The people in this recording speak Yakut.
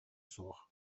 суох